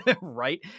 right